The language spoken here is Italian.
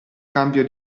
cambio